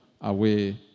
away